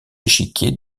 échiquier